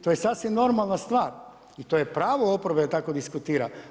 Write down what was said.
To je sasvim normalna stvar i to je pravo oporbe da tako diskutira.